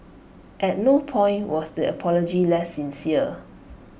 at no point was the apology less sincere